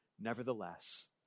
Nevertheless